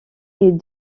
est